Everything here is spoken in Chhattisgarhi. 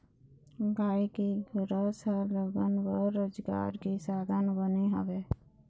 गाय के गोरस ह लोगन बर रोजगार के साधन बने हवय